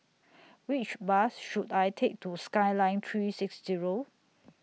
Which Bus should I Take to Skyline three six Zero